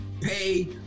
pay